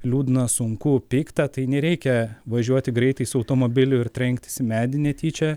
liūdna sunku pikta tai nereikia važiuoti greitai su automobiliu ir trenktis į medį netyčia